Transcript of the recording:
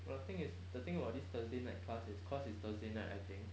but the thing is the thing about this thursday night class is cause it's thursday night I think